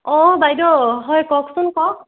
অঁ বাইদেউ হয় কওঁকচোন কওঁক